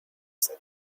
said